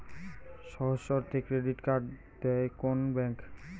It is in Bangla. সহজ শর্তে ক্রেডিট কার্ড দেয় কোন ব্যাংক?